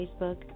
Facebook